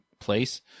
place